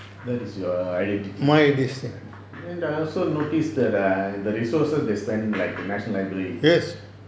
that is your identity and I also notice that err the resources they spend like the national library